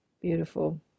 Beautiful